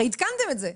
הרי עדכנתם את זה.